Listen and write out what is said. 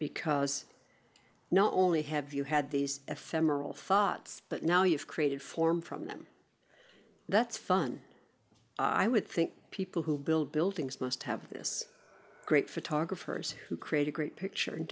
because not only have you had these ephemeral thoughts but now you've created form from them that's fun i would think people who build buildings must have this great photographers who create a great picture and